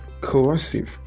Coercive